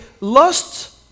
lust